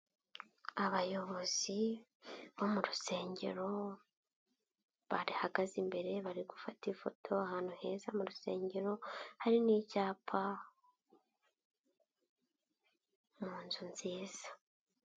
Abayobozi bo mu rusengero, barahagaze imbere, bari gufata ifoto, ahantu heza mu rusengero, hari n'icyapa, mu nzu nziza.